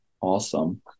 awesome